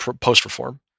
post-reform